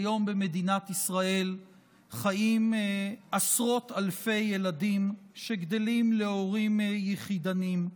כיום במדינת ישראל חיים עשרות אלפי ילדים שגדלים להורים יחידניים.